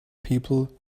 people